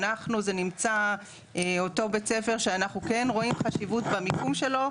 אנחנו זה נמצא אותו בית ספר שאנחנו כן רואים חשיבות במיקום שלו,